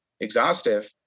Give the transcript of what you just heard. exhaustive